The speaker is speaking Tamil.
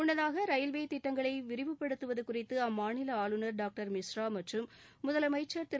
முன்னதாக ரயில்வே திட்டங்களை விரிவுப்படுத்துவது குறித்து அம்மாநில ஆளுநர் டாக்டர் மிஸ்ரா மற்றும் முதலமச்சா் திரு